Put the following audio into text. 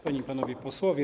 Panie i Panowie Posłowie!